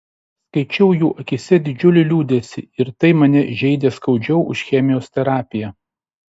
skaičiau jų akyse didžiulį liūdesį ir tai mane žeidė skaudžiau už chemijos terapiją